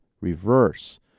reverse